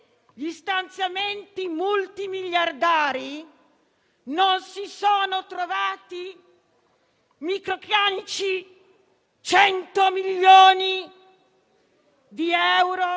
che è assolutamente in contrasto con i fondamentali della dignità e dell'etica.